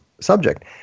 subject